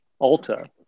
Alta